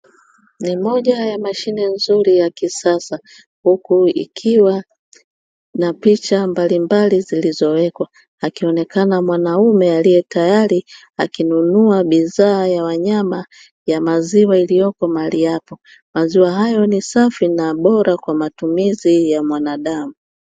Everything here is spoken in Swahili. Ni moja ya mashine nzuri ya kisasa huku ikiwa na picha mbalimbali zilizowekwa, akionekana mwanaume aliyetayari akinunua bidhaa ya wanyama ya maziwa iliyoko mahali hapo, maziwa hayo ni safi na bora kwa matumizi ya mwanadamu.